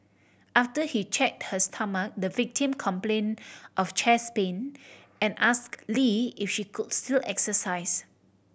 after he check her stomach the victim complain of chest pain and ask Lee if she could still exercise